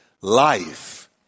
life